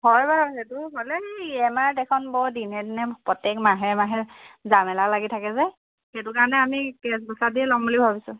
হয় বাৰু সেইটো হ'লে এই ই এম আইত এইখন বৰ দিনে দিনে প্ৰত্যেক মাহে মাহে জামেলা লাগি থাকে যে সেইটো কাৰণে আমি কেছ পইচা দিয়েই ল'ম বুলি ভাবিছোঁ